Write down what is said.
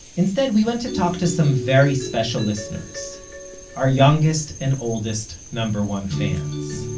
instead, we went to talk to some very special listeners our youngest and oldest number one fans.